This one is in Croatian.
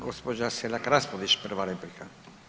Gospođa Selak Raspudić, prva replika.